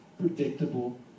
predictable